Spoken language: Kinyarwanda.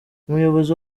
umuyobozi